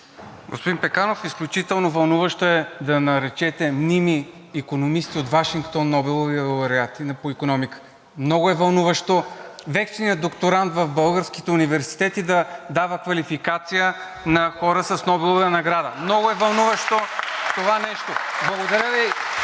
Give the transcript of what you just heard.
Господин Пеканов, изключително вълнуващо е да наречете мними икономисти от Вашингтон Нобелови лауреати по икономика. Много е вълнуващо вечният докторант в българските университети да дава квалификация на хора с Нобелова награда. (Ръкопляскания от ВЪЗРАЖДАНЕ.) Много е вълнуващо това нещо! Благодаря Ви.